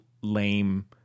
lame